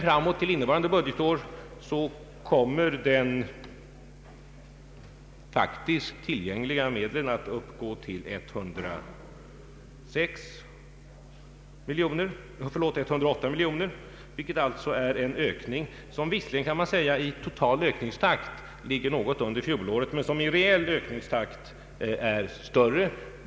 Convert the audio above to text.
För innevarande budgetår kommer emellertid de faktiskt tillgängliga medlen att uppgå till 108 miljonor kronor. Den totala ökningen ligger således något under fjolårets, men den reella ökningstakten är större.